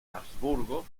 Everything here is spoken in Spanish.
habsburgo